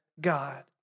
God